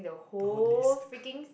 the whole list